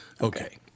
Okay